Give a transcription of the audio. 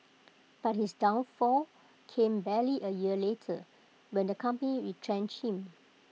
but his downfall came barely A year later when the company retrenched him